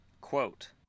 Quote